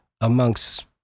amongst